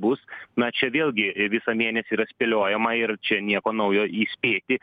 bus na čia vėlgi visą mėnesį yra spėliojama ir čia nieko naujo įspėti